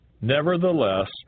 Nevertheless